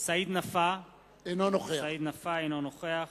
סעיד נפאע, אינו נוכח